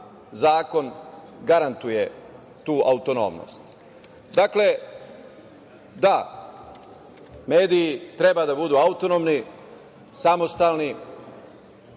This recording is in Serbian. zakon garantuje tu autonomnost. Dakle, da, mediji treba da budu autonomni, samostalni.